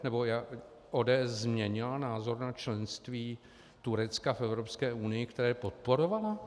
Nebo ODS změnila názor na členství Turecka v Evropské unii, které podporovala?